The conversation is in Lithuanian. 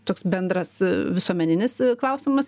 toks bendras visuomeninis klausimas